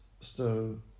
stone